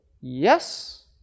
yes